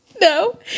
No